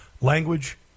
language